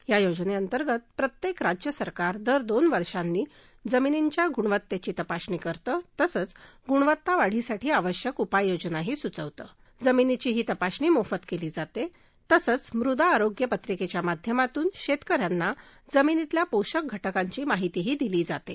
या योजनेअर्स्थित प्रत्येक राज्य सरकार दर दोन वर्षांनी जमिनींच्या गुणवत्तेची तपासणी करतात्रिसद्धीगुणवत्ता वाढीसाठी आवश्यक उपाययोजनाही सुचवत जमिनीची ही तपासणी मोफत केली जाते तसद्वीमृदा आरोग्य पत्रिकेच्या माध्यमातून शेतकऱ्यांची जमिनीतल्या पोषक घटकाची माहितीही दिली जाते